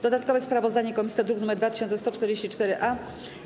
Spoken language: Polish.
Dodatkowe sprawozdanie komisji to druk nr 2144-A.